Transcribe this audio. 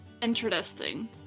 interesting